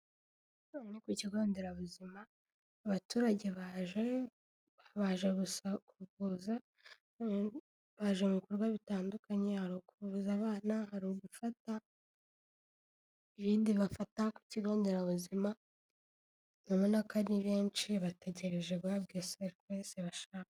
Aha ni ku kigo nderabuzima, abaturage baje gusa kuvuza, baje mu bikorwa bitandukanye, hari ukuvuza abana, hari ugufata ibindi bafata ku kigo nderabuzima. Urabona ko ari benshi, bategereje guhabwa serivisi bashaka.